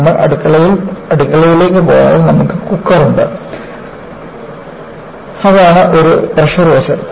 നമ്മൾ അടുക്കളയിലേക്ക് പോയാൽ നമുക്ക് കുക്കർ ഉണ്ട് അതാണ് ഒരു പ്രഷർ വെസൽ